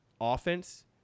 offense